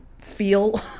feel